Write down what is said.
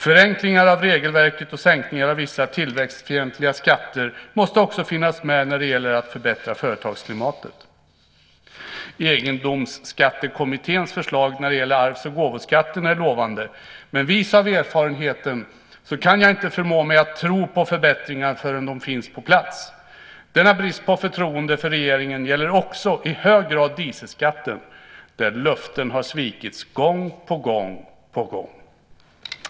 Förenklingar av regelverket och sänkningar av vissa tillväxtfientliga skatter måste också finnas med när det gäller att förbättra företagsklimatet. Egendomsskattekommitténs förslag när det gäller arvs och gåvoskatten är lovande. Men vis av erfarenheten kan jag inte förmå mig att tro på förbättringar förrän de finns på plats. Denna brist på förtroende för regeringen gäller också i hög grad dieselskatten, där löften har svikits gång på gång, på gång.